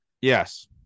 Yes